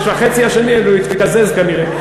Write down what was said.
החצי השני, הוא התקזז כנראה.